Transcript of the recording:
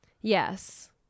Yes